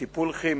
טיפול כימי,